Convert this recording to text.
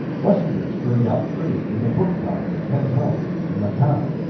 westerners carried out trade in the port-towns of canton and macau.